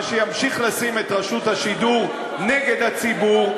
מה שימשיך לשים את רשות השידור נגד הציבור,